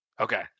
Okay